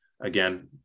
again